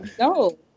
No